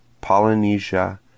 Polynesia